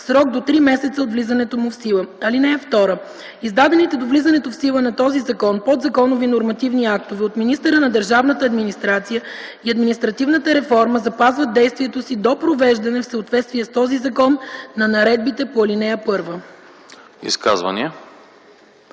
срок до три месеца от влизането му в сила. (2) Издадените до влизането в сила на този закон подзаконови нормативни актове от министъра на държавната администрация и административната реформа запазват действието си до привеждане в съответствие с този закон на наредбите по ал. 1.”